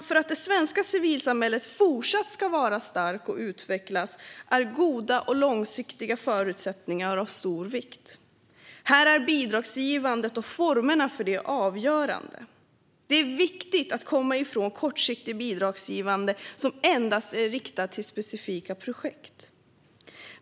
För att det svenska civilsamhället fortsatt ska vara starkt och utvecklas är goda och långsiktiga förutsättningar av stor vikt. Här är bidragsgivandet och formerna för detta avgörande. Det är viktigt att komma ifrån kortsiktigt bidragsgivande som endast är riktat till specifika projekt.